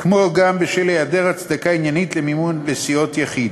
כמו גם בשל היעדר הצדקה עניינית למימון לסיעות יחיד.